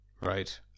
right